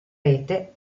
rete